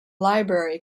library